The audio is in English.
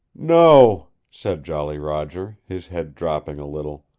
no, said jolly roger, his head dropping a little.